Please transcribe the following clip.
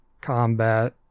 combat